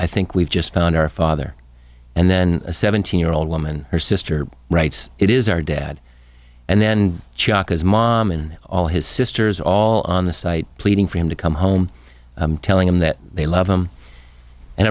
i think we've just found our father and then a seventeen year old woman her sister writes it is our dad and then chalk his mom and all his sisters all on the site pleading for him to come home telling them that they love him and